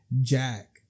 Jack